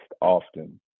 often